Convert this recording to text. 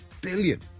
billion